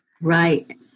Right